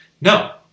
No